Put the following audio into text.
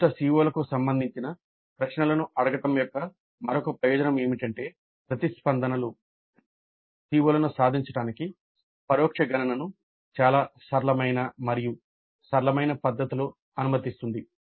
నిర్దిష్ట CO లకు సంబంధించిన ప్రశ్నలను అడగడం యొక్క మరొక ప్రయోజనం ఏమిటంటే ప్రతిస్పందనలు CO లను సాధించడానికి పరోక్ష గణనను చాలా సరళమైన మరియు సరళమైన పద్ధతిలో అనుమతిస్తుంది